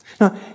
Now